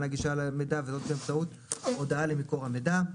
הגישה למידע וזאת כאפשרות הודעה למקור המידע.